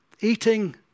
eating